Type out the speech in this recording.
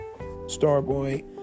Starboy